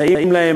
מסייעים להם,